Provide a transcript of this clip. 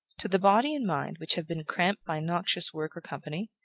to the body and mind which have been cramped by noxious work or company,